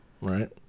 right